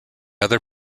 other